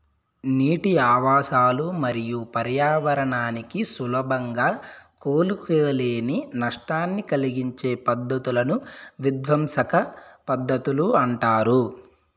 నీటి ఆవాసాలు మరియు పర్యావరణానికి సులభంగా కోలుకోలేని నష్టాన్ని కలిగించే పద్ధతులను విధ్వంసక పద్ధతులు అంటారు